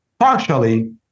partially